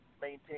maintain